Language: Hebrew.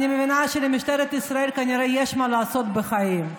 אני מבינה שלמשטרת ישראל כנראה יש מה לעשות בחיים,